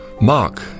Mark